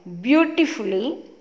beautifully